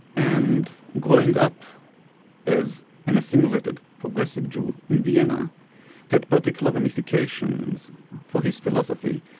and growing up as an assimilated, progressive jew in vienna had particular ramifications for his philosophy.